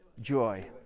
joy